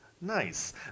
Nice